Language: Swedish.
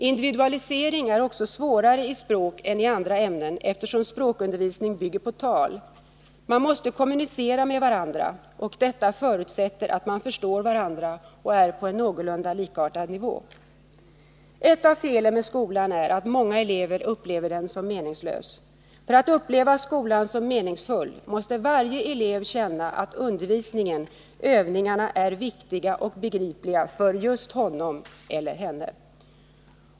Individualisering är också svårare i språk än i andra ämnen, eftersom språkundervisning bygger på tal. Man måste kommunicera med varandra, och detta förutsätter att man förstår varandra och är på en någorlunda likartad nivå. Ett av felen med skolan är att många elever upplever den som meningslös. För att uppleva skolan som meningsfull måste varje elev känna att undervisningen, övningarna, är viktiga och begripliga för just honom eller henne.